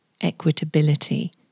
equitability